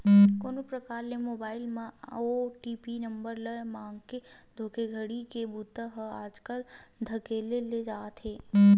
कोनो परकार ले मोबईल म आए ओ.टी.पी नंबर ल मांगके धोखाघड़ी के बूता ह आजकल धकल्ले ले चलत हे